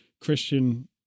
Christian